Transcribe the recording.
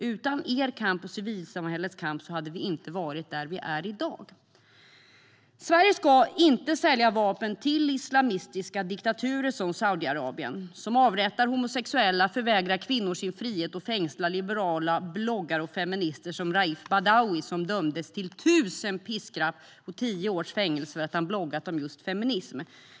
Utan er och civilsamhällets kamp hade vi inte varit där vi är i dag. Sverige ska inte sälja vapen till islamistiska diktaturer som Saudiarabien, som avrättar homosexuella, förvägrar kvinnor deras frihet och fängslar liberala bloggare och feminister som Raif Badawi. Han dömdes till tusen piskrapp och tio år fängelse för att han bloggat om just feminism.